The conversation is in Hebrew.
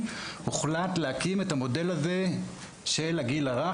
הוחלט להקים את המודל הזה של הגיל הרך,